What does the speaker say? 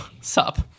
sup